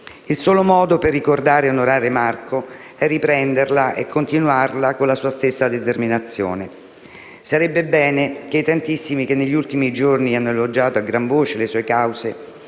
Il solo modo per ricordare e onorare Marco è riprenderla e continuarla con la sua stessa determinazione. Sarebbe bene che i tantissimi che negli ultimi giorni hanno elogiato a gran voce le sue cause